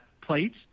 plates